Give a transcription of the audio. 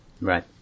Right